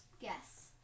Yes